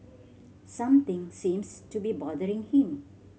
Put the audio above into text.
something seems to be bothering him